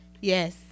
Yes